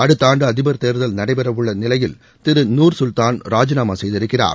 அடுக்த ஆண்டு அதிபர் தேர்தல் நடைபெறவுள்ள நிலையில் திரு நூர் சுல்தாள் ராஜிநாமா செய்திருக்கிறார்